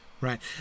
right